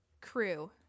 crew